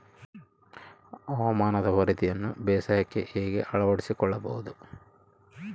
ಹವಾಮಾನದ ವರದಿಯನ್ನು ಬೇಸಾಯಕ್ಕೆ ಹೇಗೆ ಅಳವಡಿಸಿಕೊಳ್ಳಬಹುದು?